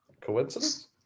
Coincidence